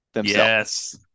Yes